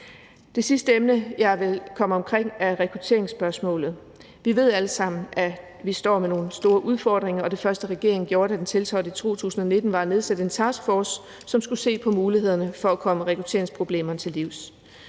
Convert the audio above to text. Det sidste emne, jeg vil komme omkring, er rekrutteringsspørgsmålet. Vi ved alle sammen, at vi står med nogle store udfordringer, og det første, regeringen gjorde, da den tiltrådte i 2019, var at nedsætte en taskforce, som skulle se på mulighederne for at komme rekrutteringsproblemerne til livs.